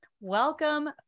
welcome